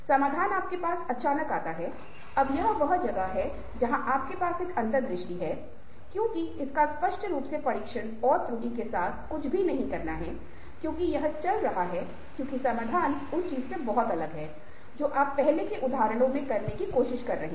समाधान आपके पास अचानक आता है अब यह वह जगह है जहां आपके पास एक अंतर्दृष्टि है क्योंकि इसका स्पष्ट रूप से परीक्षण और त्रुटि के साथ कुछ भी नहीं करना है क्योंकि यह चल रहा था क्योंकि समाधान उस चीज से बहुत अलग है जो आप पहले के उदाहरणों में करने की कोशिश कर रहे हैं